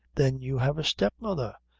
then you have a step-mother?